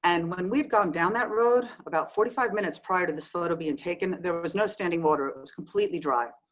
and when we'd gone down that road about forty five minutes prior to this photo being taken there was no standing water, it was completely dry.